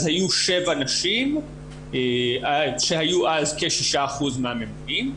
אז היו שבע נשים שהיו אז כ-6% מהממונים,